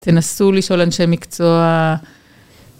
תנסו לשאול אנשי מקצוע.